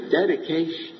dedication